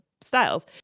styles